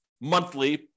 monthly